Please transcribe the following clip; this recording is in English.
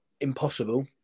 impossible